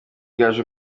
gaju